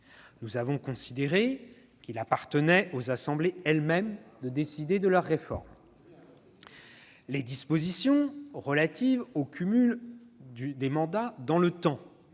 Nous avons considéré qu'il appartenait aux assemblées elles-mêmes de décider de leurs réformes. » C'est sûr ! Très bien !« Les dispositions relatives au cumul des mandats dans le temps